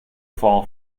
fall